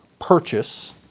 purchase